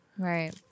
Right